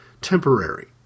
temporary